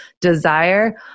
desire